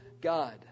God